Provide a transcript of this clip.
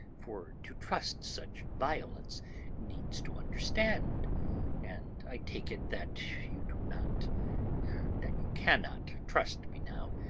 for to trust such violence needs to understand and i take it that you do not that you cannot trust me now,